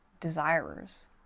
desirers